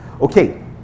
Okay